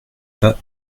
pas